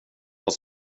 vad